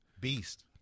beast